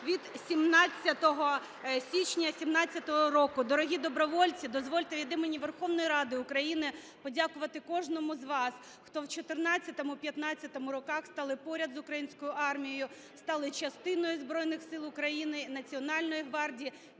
від 17 січня 17-го року. Дорогі добровольці, дозвольте від імені Верховної Ради України подякувати кожному з вас, хто в 14-15-му роках стали поряд з українською армією, стали частиною Збройних Сил України, Національної гвардії.